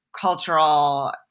cultural